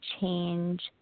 change